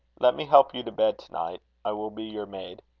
let me help you to bed to-night. i will be your maid.